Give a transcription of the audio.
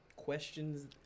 questions